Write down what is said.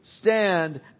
stand